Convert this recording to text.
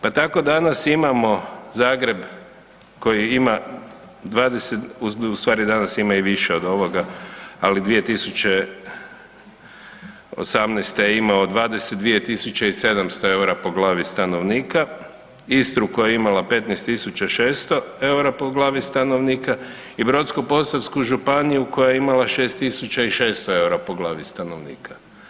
Pa tako danas imamo Zagreb koji ima 20, u stvari danas ima i više od ovoga, ali 2018. je imao 22.700 EUR-a po glavi stanovnika, Istru koja je imala 15.600 EUR-a po glavi stanovnika i Brodsko-posavsku županiju koja je imala 6.600 EUR-a po glavi stanovnika.